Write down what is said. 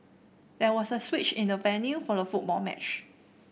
there was a switch in the venue for the football match